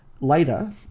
later